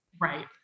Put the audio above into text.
Right